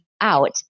out